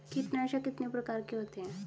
कीटनाशक कितने प्रकार के होते हैं?